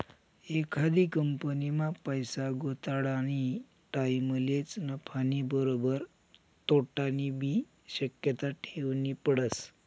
एखादी कंपनीमा पैसा गुताडानी टाईमलेच नफानी बरोबर तोटानीबी शक्यता ठेवनी पडस